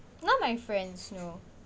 not my friends